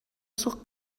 суох